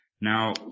Now